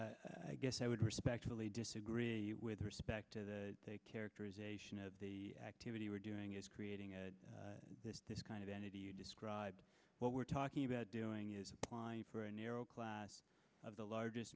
i guess i would respectfully disagree with respect to the characterization of the activity we're doing is creating this kind of entity you describe what we're talking about doing is applying for a narrow class of the largest